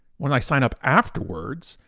when i sign up afterwards,